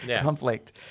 conflict